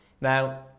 Now